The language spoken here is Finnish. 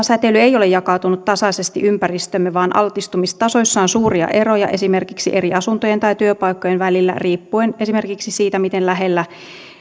säteily ei ole jakautunut tasaisesti ympäristöömme vaan altistumistasoissa on suuria eroja esimerkiksi eri asuntojen tai työpaikkojen välillä riippuen esimerkiksi siitä miten lähellä